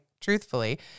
truthfully